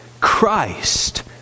Christ